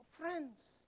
friends